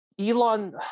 Elon